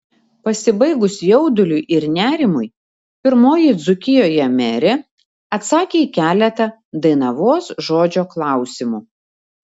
pasibaigus jauduliui ir nerimui pirmoji dzūkijoje merė atsakė į keletą dainavos žodžio klausimų